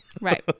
Right